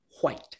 White